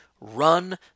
run